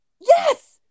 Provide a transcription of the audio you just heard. yes